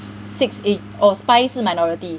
six ag~ orh spy 是 minority